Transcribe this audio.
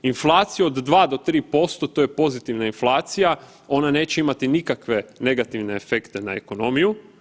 Inflaciju od 2 do 3% to je pozitivna inflacija ona neće imati nikakve negativne efekte na ekonomiju.